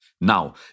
Now